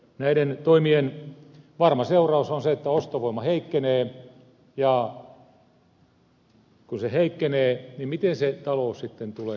näiden toimien varma seuraus on se että ostovoima heikkenee ja kun se heikkenee miten se talous sitten tulee kuntoon